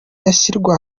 yashyirwa